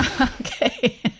okay